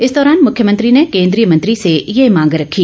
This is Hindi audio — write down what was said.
इस दौरान मुख्यमंत्री ने केन्द्रीय मंत्री से ये मांग रखी